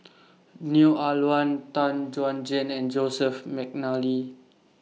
Neo Ah Luan Tan Chuan Jin and Joseph Mcnally